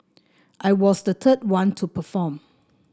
I was the third one to perform